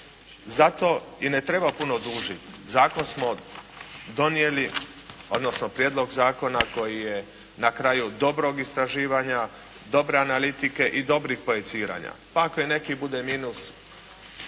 smo donijeli odnosno prijedlog zakona koji je na kraju dobrog istraživanja, dobre analitike i dobrih projeciranja. Pa ako i neki bude minus